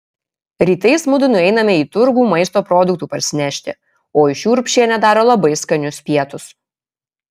rytais mudu nueiname į turgų maisto produktų parsinešti o iš jų urbšienė daro labai skanius pietus